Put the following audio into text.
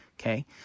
okay